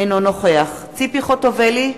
אינו נוכח ציפי חוטובלי,